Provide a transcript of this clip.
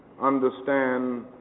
understand